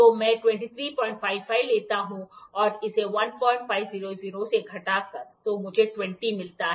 तो मैं २३५५ लेता हूं और इसे १५०० से घटाकर तो मुझे २० मिलता है